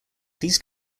these